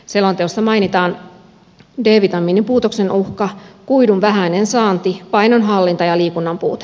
selonteossa mainitaan d vitamiinin puutoksen uhka kuidun vähäinen saanti painonhallinta ja liikunnan puute